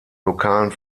lokalen